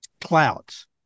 Clouds